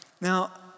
Now